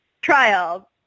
trial